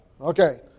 Okay